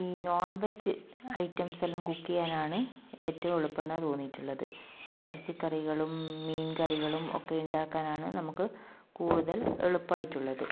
ഈ non veg items എല്ലാം cook ചെയ്യാനാണ് ഏറ്റവും എളുപ്പം എന്നാണ് തോന്നിയിട്ടുള്ളത് ഇറച്ചി കറികളും മീൻകറികളും ഒക്കെ ഉണ്ടാക്കാനാണ് നമുക്ക് കൂടുതൽ എളുപ്പമായിട്ടുള്ളത്